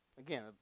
Again